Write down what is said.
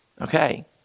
Okay